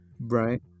Right